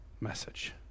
message